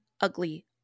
ugly